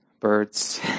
birds